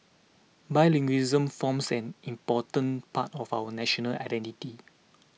bilingualism forms an important part of our national identity